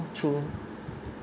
through